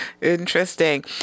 Interesting